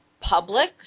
public